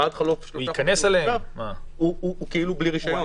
עד חלוף שלושה חודשים הוא כאילו בלי רישיון.